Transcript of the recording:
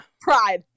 Pride